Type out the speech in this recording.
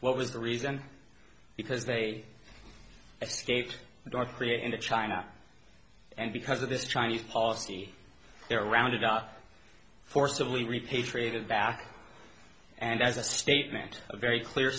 what was the reason because they escaped north korea into china and because of this chinese policy there rounded up forcibly repatriated back and as a statement a very clear